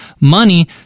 money